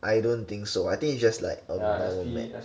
I don't think so I think it's just like a a map